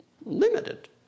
limited